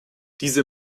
diese